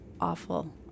awful